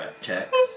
checks